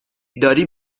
داری